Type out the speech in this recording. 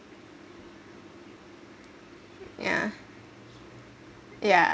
yeah yeah